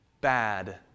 bad